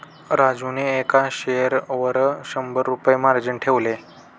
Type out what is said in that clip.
राजूने एका शेअरवर शंभर रुपये मार्जिन ठेवले